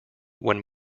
when